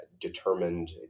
determined